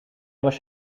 was